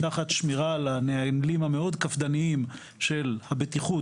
תחת שמירה על הנהלים המאוד קפדניים של הבטיחות,